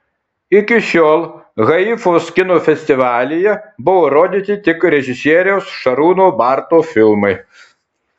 iki šiol haifos kino festivalyje buvo rodyti tik režisieriaus šarūno barto filmai